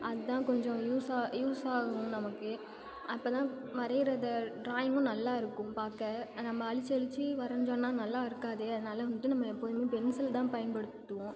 அதான் கொஞ்சம் யூஸா யூஸாகும் நமக்கு அப்போ தான் வரையிற அந்த ட்ராயிங்கும் நல்லா இருக்கும் பார்க்க நம்ம அழித்து அழித்து வரைஞ்சோன்னா நல்லா இருக்காது அதனால வந்துட்டு நம்ம எப்போதும் பென்சில் தான் பயன்படுத்துவோம்